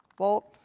vault.